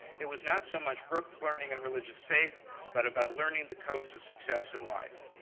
it was not so much book learning and religious faith but about learning the codes of success in life.